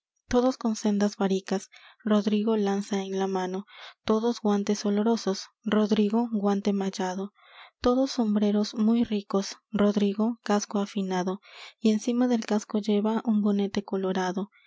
todos con sendas varicas rodrigo lanza en la mano todos guantes olorosos rodrigo guante mallado todos sombreros muy ricos rodrigo casco afinado y encima del casco lleva un bonete colorado